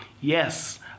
Yes